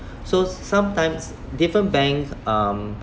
so sometimes different bank um